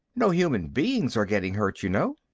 no human beings are getting hurt, you know.